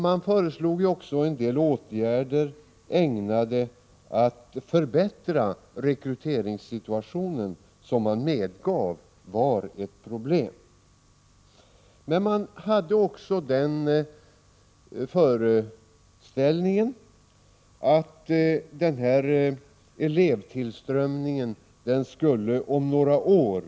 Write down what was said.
Man föreslog också en del åtgärder, ägnade att förbättra rekryteringssituationen, som man medgav var ett problem. Men man hade också föreställningen att elevtillströmningen skulle öka om några år.